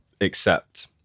accept